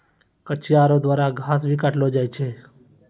कचिया रो द्वारा घास भी काटलो जाय छै